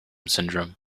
syndrome